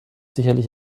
sicherlich